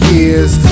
Year's